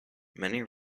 many